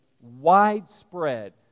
widespread